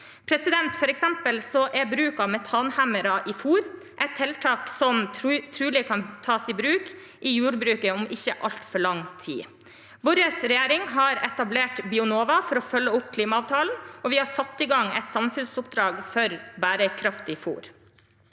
ønsker. For eksempel er bruk av metanhemmere i fôr et tiltak som trolig kan tas i bruk i jordbruket om ikke altfor lang tid. Vår regjering har etablert Bionova for å følge opp klimaavtalen, og vi har fått i gang et samfunnsoppdrag for bærekraftig fôr.